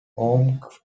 omagh